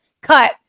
cut